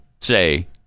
say